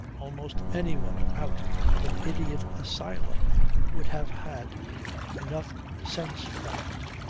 almost anyone out of an idiot asylum would have had enough sense for that.